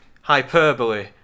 hyperbole